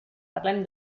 parlem